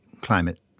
climate